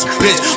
bitch